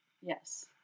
Yes